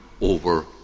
over